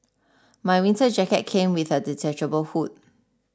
my winter jacket came with a detachable hood